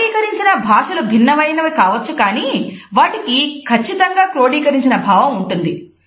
క్రోడీకరించిన భాషలు భిన్నమైనవి కావచ్చు కానీ వాటికి కచ్చితంగా క్రోడీకరించిన భావం ఉంటుంది